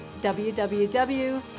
www